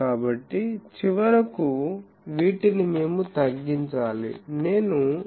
కాబట్టి చివరకు వీటిని మేము తగ్గించాలి నేను 𝝌final 11